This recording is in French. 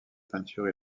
peinture